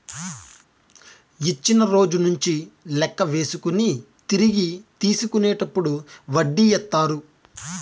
ఇచ్చిన రోజు నుంచి లెక్క వేసుకొని తిరిగి తీసుకునేటప్పుడు వడ్డీ ఏత్తారు